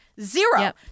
Zero